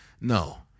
No